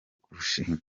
kurushinga